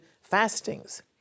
fastings